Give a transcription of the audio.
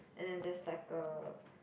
and then that's like a